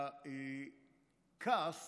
הכעס